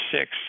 six